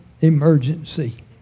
emergency